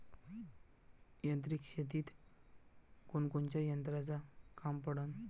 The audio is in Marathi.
यांत्रिक शेतीत कोनकोनच्या यंत्राचं काम पडन?